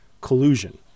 collusion